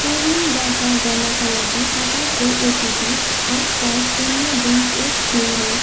कोविन दर्ता गर्नाका लागि तपाईँँको ओटिपी आठ पाँच शून्य दुई एक दुई हो